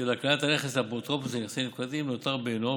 הקניית הנכס לאפוטרופוס לנכסי נפקדים נותר בעינו,